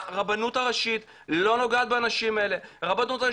הרבנות הראשית לא נוגעת באנשים האלה, הדבר היחיד